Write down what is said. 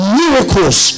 miracles